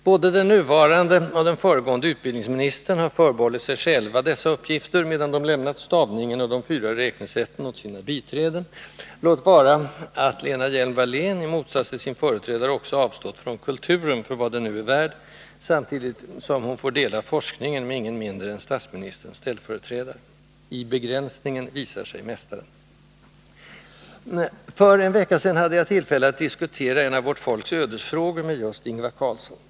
Både den nuvarande och den föregående utbildningsministern har förbehållit sig själva dessa uppgifter, medan de lämnat stavningen och de fyra räknesätten åt sina biträden, låt vara att Lena Hjelm-Wallén, i motsats till sin företrädare, också avstått från kulturen, för vad den nu är värd, samtidigt som hon får dela forskningen med ingen mindre än statsministerns ställföreträdare. I begränsningen visar sig mästaren. För en vecka sedan hade jag tillfälle att diskutera en av vårt folks ödesfrågor med just Ingvar Carlsson.